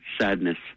sadness